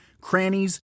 crannies